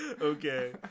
Okay